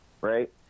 right